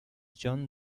john